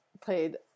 played